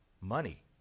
money